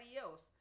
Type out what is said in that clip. else